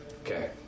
Okay